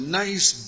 nice